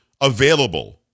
available